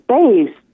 space